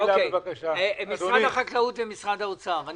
משרד החקלאות ומשרד האוצר,